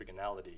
trigonality